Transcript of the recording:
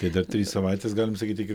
kai dar trys savaitės galim sakyti iki